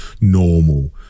normal